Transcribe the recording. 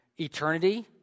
eternity